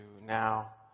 now